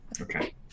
Okay